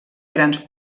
grans